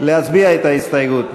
להצביע על ההסתייגות.